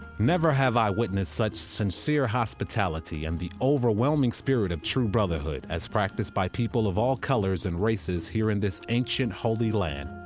never have i witnessed such sincere hospitality and the overwhelming spirit of true brotherhood as practiced by people of all colors and races here in this ancient holy land,